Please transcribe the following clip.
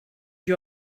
you